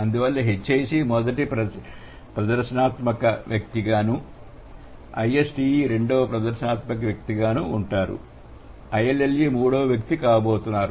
అందువల్ల h i c మొదటి ప్రదర్శనాత్మక వ్యక్తి గా i s t e రెండవ ప్రదర్శనాత్మక వ్యక్తిగా ఉంటుంది i l l e మూడోది వ్యక్తి కాబోతోంది